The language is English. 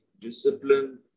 discipline